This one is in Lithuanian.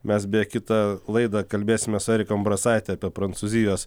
mes beje kitą laidą kalbėsimės su erika umbrasaite apie prancūzijos